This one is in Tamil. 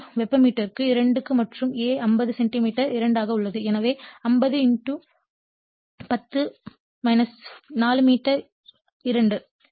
5 வெபர் மீட்டர் 2 க்கு மற்றும் A 50 சென்டிமீட்டர் 2 ஆக உள்ளது எனவே 50 10 4 மீட்டர் 2